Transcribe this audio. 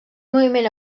moviment